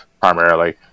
primarily